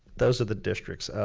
those are the districts,